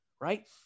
right